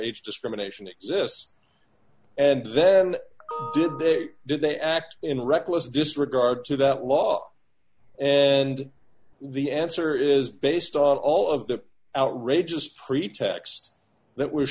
age discrimination exists and then did they did they act in reckless disregard to that law and the answer is based on all of the outrageous pretext that was